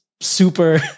super